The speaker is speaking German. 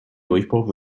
durchbruch